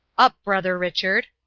up, brother richard!